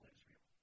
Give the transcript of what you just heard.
Israel